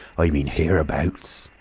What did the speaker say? i mean hereabouts.